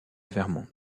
vermont